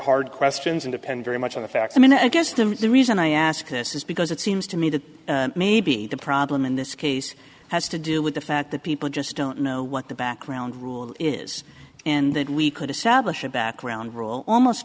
hard questions and depend very much on the facts i mean i guess the reason i ask this is because it seems to me that maybe the problem in this case has to do with the fact that people just don't know what the back ground rule is and that we could establish a background rule almost